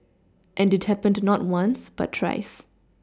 and it happened not once but thrice